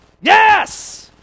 Yes